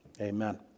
Amen